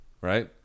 right